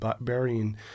burying